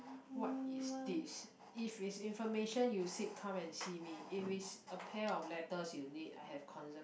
what is this if it's information you seek come and see me if it's a pair of letters you need I have consecutively three